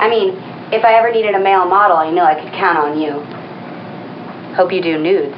i mean if i ever need a male model i know i can count on you hope you do news